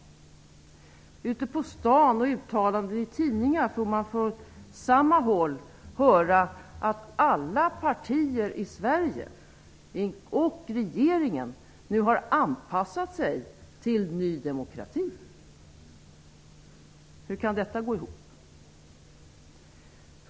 Ute på stan, i uttalanden i tidningar osv., kan man från samma håll få höra att alla partier i Sverige och regeringen har anpassat sig till Ny demokrati. Hur kan det gå ihop?